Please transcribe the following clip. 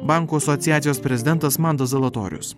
bankų asociacijos prezidentas mantas zalatorius